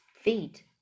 feet